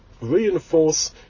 reinforce